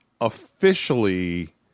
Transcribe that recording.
officially